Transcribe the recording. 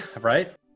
right